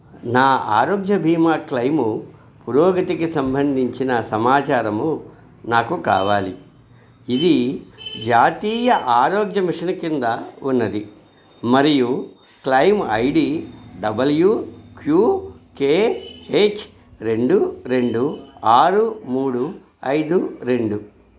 నా ఆరోగ్య బీమా క్లెయిమ్ పురోగతికి సంబంధించిన సమాచారము నాకు కావాలి ఇది జాతీయ ఆరోగ్య మిషన్ కింద ఉన్నది మరియు claim I D W Q K H రెండు రెండు ఆరు మూడు ఐదు రెండు